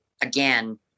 again